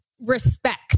respect